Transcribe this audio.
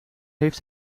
heeft